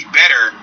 better